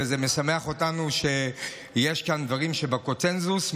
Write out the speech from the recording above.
וזה משמח אותנו שיש כאן דברים שבקונסנזוס.